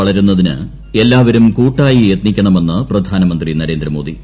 വളരുന്നതിന് എല്ലാവരും കൂട്ടായി യത്നിക്കണമെന്ന് പ്രധാനമന്ത്രി നരേന്ദ്രമോദി